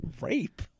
Rape